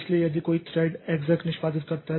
इसलिए यदि कोई थ्रेड एक्सेक् निष्पादित करता है